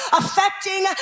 affecting